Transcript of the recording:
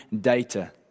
data